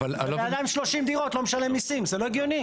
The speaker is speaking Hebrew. אדם עם 30 דירות לא משלם מיסים, זה לא הגיוני.